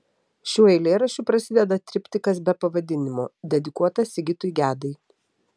šiuo eilėraščiu prasideda triptikas be pavadinimo dedikuotas sigitui gedai